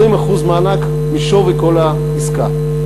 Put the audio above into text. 20% מענק משווי כל העסקה.